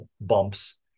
bumps